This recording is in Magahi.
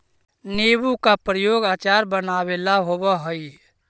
नींबू का प्रयोग अचार बनावे ला होवअ हई